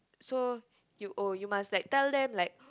so you oh you must like tell them like